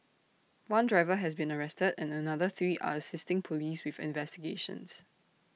one driver has been arrested and another three are assisting Police with investigations